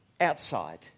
outside